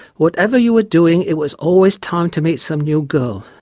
whatever you were doing it was always time to meet some new girl.